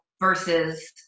versus